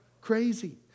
crazy